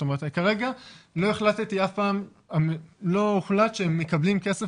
זאת אומרת שכרגע לא הוחלט שהם מקבלים כסף